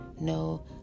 No